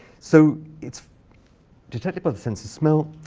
so it's detected by the sense of smell.